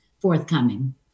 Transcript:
forthcoming